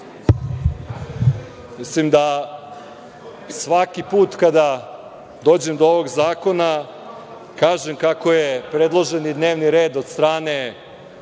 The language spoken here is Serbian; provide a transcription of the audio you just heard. Mislim da svaki put kada dođem do ovog zakona kažem kako je predloženi dnevni red od strane